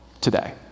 today